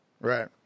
right